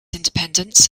independence